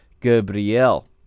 Gabriel